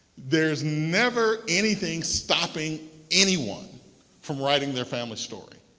there's never anything stopping anyone from writing their family story.